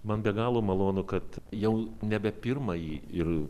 man be galo malonu kad jau nebe pirmąjį ir